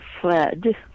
fled